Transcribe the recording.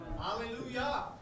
Hallelujah